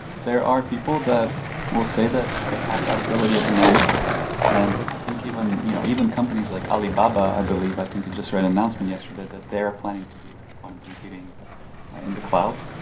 there are people that will say that they have that ability at the moment and i think even, you know, even companies like alibaba i believe, i think i and just read an announcement yesterday that they are planning to do a quantum computing in the cloud.